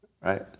right